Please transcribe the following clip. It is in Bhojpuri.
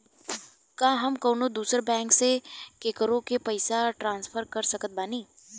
का हम कउनों दूसर बैंक से केकरों के पइसा ट्रांसफर कर सकत बानी?